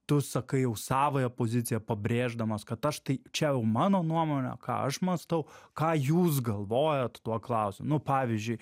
tu sakai jau savąją poziciją pabrėždamas kad aš tai čia jau mano nuomone ką aš mąstau ką jūs galvojat tuo klausimu nu pavyzdžiui